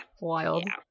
Wild